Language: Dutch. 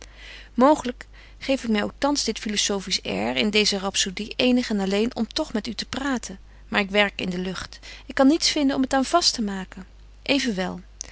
lyk geef ik my ook thans dit philosophisch air in deeze rapsodie eenig en alleen om tog met u te praten maar ik werk in de lucht ik kan niets vinden om het aan vast te maken evenwel